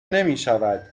نمیشود